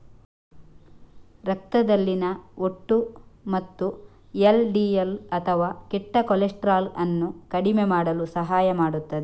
ರಕ್ತದಲ್ಲಿನ ಒಟ್ಟು ಮತ್ತು ಎಲ್.ಡಿ.ಎಲ್ ಅಥವಾ ಕೆಟ್ಟ ಕೊಲೆಸ್ಟ್ರಾಲ್ ಅನ್ನು ಕಡಿಮೆ ಮಾಡಲು ಸಹಾಯ ಮಾಡುತ್ತದೆ